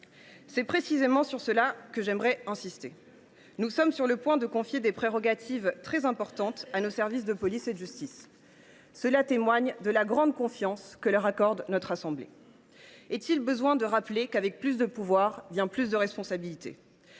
C’est précisément sur ce point que je veux insister. Nous nous apprêtons à confier des prérogatives très importantes à nos services de police et de justice. Cela témoigne de la grande confiance que leur accorde notre assemblée. Est il besoin de rappeler qu’avec plus de pouvoir viennent plus de responsabilités ?